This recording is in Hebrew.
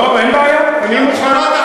אין בעיה, אני מוכן.